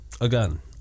Again